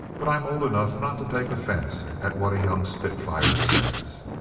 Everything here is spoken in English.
but i'm old enough not to take offense at what a young spitfire says.